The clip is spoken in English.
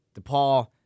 DePaul